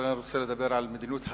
אבל אני רוצה לדבר על מדיניות הפנים,